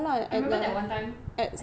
I remember that one time I think